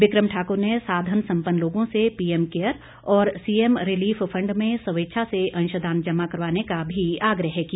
बिक़म ठाक़ुर ने साधन संपन्न लोगों से पीएम केयर और सीएम रिलीफ फंड में स्वेच्छा से अंशदान जमा करवाने का भी आग्रह किया